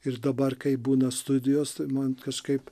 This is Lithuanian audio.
ir dabar kai būna studijos man kažkaip